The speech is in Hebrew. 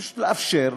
פשוט לאפשר,